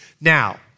Now